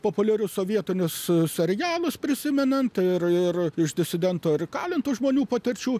populiarius sovietinius serialus prisimenant ir ir iš disidentų ar įkalintų žmonių patirčių